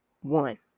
one